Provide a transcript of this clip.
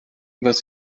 was